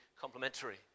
complementary